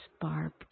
Barb